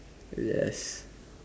yes